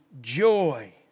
joy